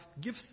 Give